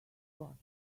got